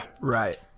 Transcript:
right